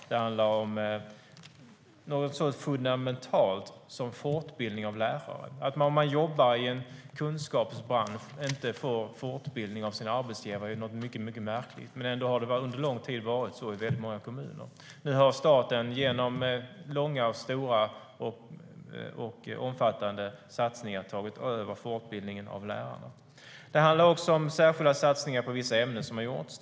Det handlar om något så fundamentalt som fortbildning av lärare. Att jobba i en kunskapsbransch och inte få fortbildning av sin arbetsgivare är mycket märkligt. Ändå har det varit så i många kommuner under lång tid. Nu har staten genom långa, stora och omfattande satsningar tagit över fortbildningen av lärarna. Det handlar också om särskilda satsningar som har gjorts på vissa ämnen.